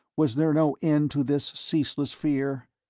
was there no end to this ceaseless fear?